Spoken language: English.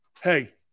Hey